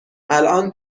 الان